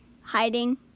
hiding